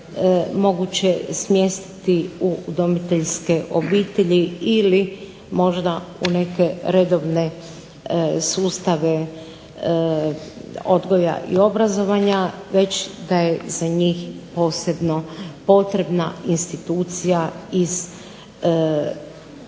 moguće smjestiti u udomiteljske obitelji ili možda u neke redovne sustave odgoja i obrazovanja već da je za njih posebno potrebna institucija iz